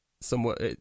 somewhat